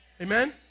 Amen